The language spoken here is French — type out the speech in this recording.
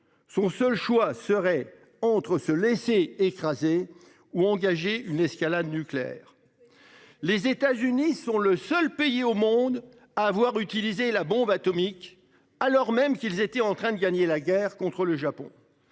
Son seul choix serait entre se laisser écraser ou engager une escalade nucléaire. Les États-Unis sont le seul pays au monde à avoir utilisé la bombe atomique alors même qu'ils étaient en train de gagner la guerre contre le Japon.